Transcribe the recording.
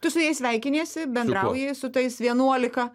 tu su jais sveikiniesi bendrauji su tais vienuolika